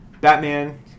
Batman